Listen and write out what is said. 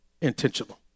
Intentional